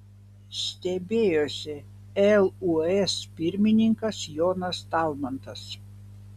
stebėjosi lūs pirmininkas jonas talmantas